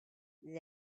that